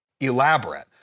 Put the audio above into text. Elaborate